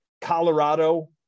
Colorado